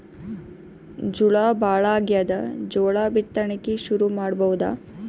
ಝಳಾ ಭಾಳಾಗ್ಯಾದ, ಜೋಳ ಬಿತ್ತಣಿಕಿ ಶುರು ಮಾಡಬೋದ?